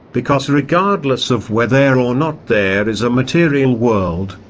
because regardless of whether or not there is a material world,